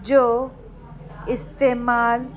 जो इस्तेमाल